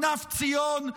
כנף ציון,